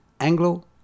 anglo